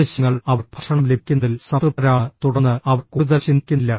ആവശ്യങ്ങൾ അവർ ഭക്ഷണം ലഭിക്കുന്നതിൽ സംതൃപ്തരാണ് തുടർന്ന് അവർ കൂടുതൽ ചിന്തിക്കുന്നില്ല